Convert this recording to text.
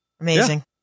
Amazing